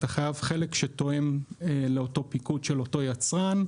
אתה חייב חלק שתואם לאותו פיקוד של אותו יצרן.